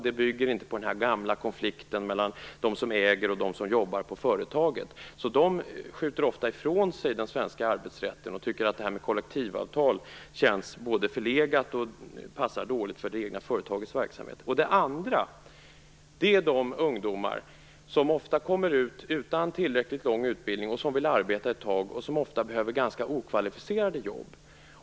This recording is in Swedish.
Detta bygger inte på den gamla konflikten mellan dem som äger och dem som jobbar på företaget. Man skjuter ofta ifrån sig den svenska arbetsrätten och tycker att kollektivavtal känns förlegade och passar dåligt för det egna företagets verksamhet. Det gäller för det andra ungdomar som ofta kommer ut utan att ha tillräckligt lång utbildning men som vill arbeta ett tag. De behöver många gånger ganska okvalificerade jobb.